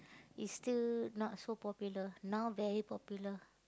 it's still not so popular now very popular